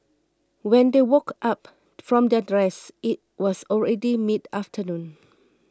when they woke up from their rest it was already midafternoon